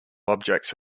objects